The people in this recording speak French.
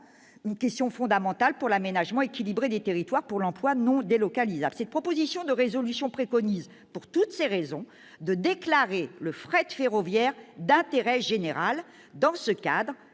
une question fondamentale pour l'aménagement équilibré des territoires et pour l'emploi non délocalisable. Cette proposition de résolution préconise, pour toutes ces raisons, de déclarer le fret ferroviaire d'intérêt général. Dans ce cadre,